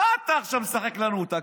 מה אתה עכשיו משחק לנו אותה?